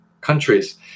countries